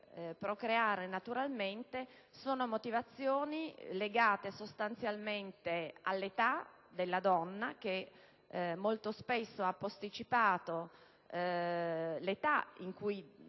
procreare naturalmente sono legate sostanzialmente all'età della donna, che molto spesso ha posticipato il momento in cui